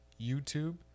YouTube